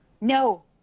No